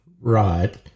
right